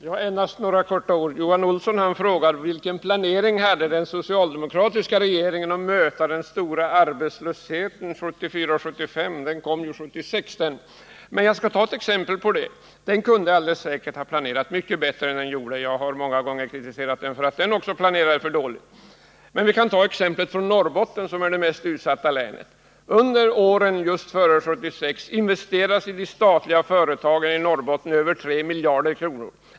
Herr talman! Johan Olsson frågade: Vilken planering hade den socialdemokratiska regeringen för att möta den stora arbetslösheten 1974 och 1975? Den kom ju 1976. Den socialdemokratiska regeringen kunde säkert ha planerat mycket bättre än den gjorde — jag har många gånger kritiserat den för att den också planerade för dåligt. Men vi kan ta exemplet från Norrbotten, som är det mest utsatta länet. Under åren före 1976 investerades i de statliga företagen i Norrbotten över 3 miljarder kronor.